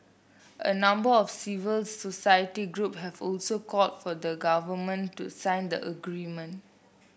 a number of civil society group have also called for the government to sign the agreement